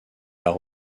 par